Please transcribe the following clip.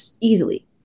easily